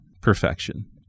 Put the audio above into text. perfection